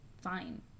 fine